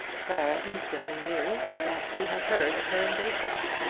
clara instantly knew that he had heard of her engagement,